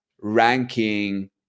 ranking